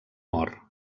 mor